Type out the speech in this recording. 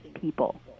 people